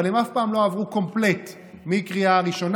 אבל הם אף פעם לא עברו קומפלט בקריאה ראשונה,